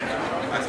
אקוניס?